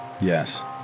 Yes